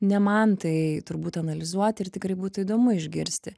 ne man tai turbūt analizuoti ir tikrai būtų įdomu išgirsti